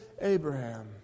Abraham